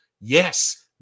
yes